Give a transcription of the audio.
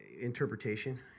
interpretation